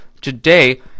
today